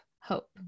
hope